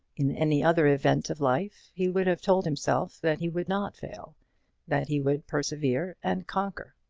in any other event of life he would have told himself that he would not fail that he would persevere and conquer.